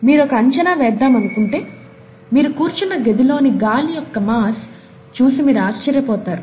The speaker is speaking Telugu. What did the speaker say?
మీరు ఒక అంచనా వేద్దాము అనుకుంటే మీరు కూర్చున్న గదిలోని గాలి యొక్క మాస్ చూసి మీరు ఆశ్చర్యపోతారు